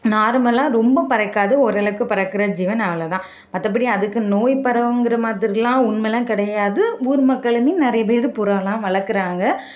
நார்மலா ரொம்ப பறக்காது ஓரளவுக்கு பறக்குற ஜீவன் அவ்வளோ தான் மற்றபடி அதுக்கு நோய் பரவுங்கிற மாதிரிலாம் உண்மைலாம் கிடையாது ஊர் மக்களுமே நிறைய பேர் புறாலாம் வளர்க்குறாங்க